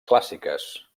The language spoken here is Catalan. clàssiques